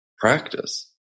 practice